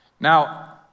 Now